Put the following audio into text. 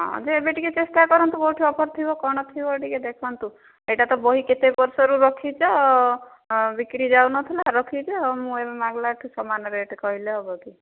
ହଁ ଯେ ଏବେ ଟିକେ ଚେଷ୍ଟା କରନ୍ତୁ କେଉଁଠି ଅଫର୍ ଥିବ କ'ଣ ଥିବ ଟିକେ ଦେଖନ୍ତୁ ଏଇଟା ତ ବହି କେତେ ବର୍ଷରୁ ରଖିଛ ବିକ୍ରି ଯାଉନଥିଲା ରଖିଛ ମୁଁ ଏବେ ମାଗିଲାଠୁ ସାମାନ ରେଟ୍ କହିଲେ ହେବକି